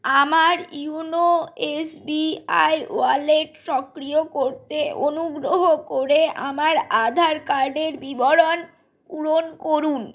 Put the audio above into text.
আমার YONO SBI wallet সক্রিয় করতে অনুগ্রহ করে আমার আধার কার্ডের বিবরণ পূরণ করুন